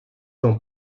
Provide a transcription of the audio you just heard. dans